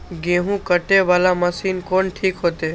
गेहूं कटे वाला मशीन कोन ठीक होते?